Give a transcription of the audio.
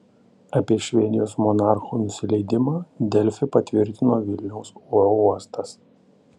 apie švedijos monarchų nusileidimą delfi patvirtino vilniaus oro uostas